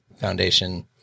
foundation